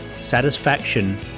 Satisfaction